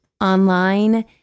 online